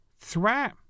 threat